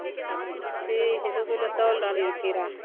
ठीक हइ दू किलो तौल रहलियै हँ खीरा